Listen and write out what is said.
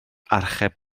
archeb